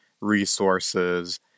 resources